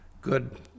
good